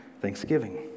thanksgiving